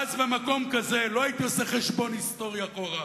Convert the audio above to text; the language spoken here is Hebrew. ואז ממקום כזה לא הייתי עושה חשבון היסטורי אחורה,